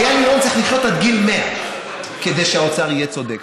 איל ינון צריך לחיות עד גיל 100 כדי שהאוצר יהיה צודק.